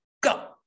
go